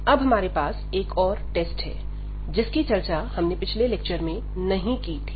अब हमारे पास एक और टेस्ट है जिसकी चर्चा हमने पिछले लेक्चर में नहीं की थी